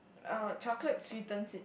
err chocolate sweetens it